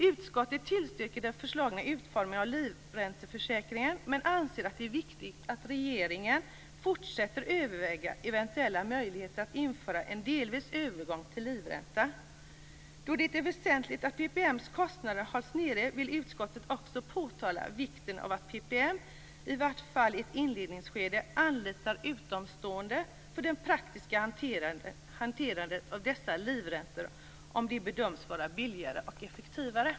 Utskottet tillstyrker den föreslagna utformningen av livränteförsäkringen, men anser att det är viktigt att regeringen fortsätter överväga eventuella möjligheter att införa en delvis övergång till livränta. Då det är väsentligt att PPM:s kostnader hålls nere vill utskottet också påtala vikten av att PPM i varje fall i ett inledningsskede anlitar utomstående för det praktiska hanterandet av dessa livräntor om det bedöms vara billigare och effektivare.